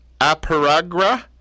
Aparagra